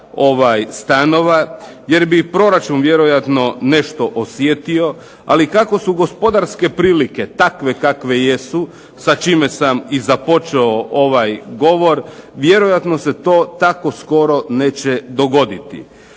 prodaja stanova, jer bi proračun vjerojatno nešto osjetio, ali kako su gospodarske prilike takve kakve jesu, sa čime sam i započeo ovaj govor, vjerojatno se to tako skoro neće dogoditi.